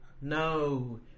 No